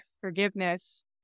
forgiveness